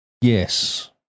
Yes